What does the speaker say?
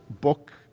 book